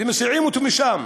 ומסיעים אותו משם.